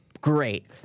Great